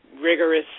rigorous